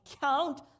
count